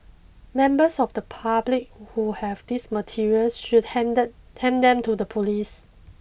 members of the public who have these materials should handed hand them to the police